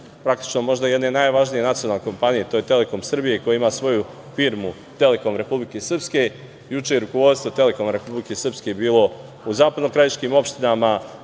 praktično možda jedne od najvažnijih nacionalnih kompanija, to je "Telekom" Srbija, koja ima svoju firmu - "Telekom" Republike Srpske, juče je rukovodstvo "Telekoma" Republike Srpske bilo u zapadnokrajiškim opštinama,